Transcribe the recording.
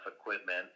equipment